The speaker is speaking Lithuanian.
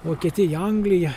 vokietiją angliją